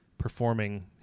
Performing